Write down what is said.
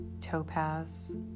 topaz